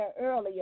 earlier